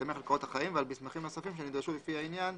בהסתמך על קורות החיים ועל מסמכים נוספים שנדרשו לפי העניין,